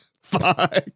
Fuck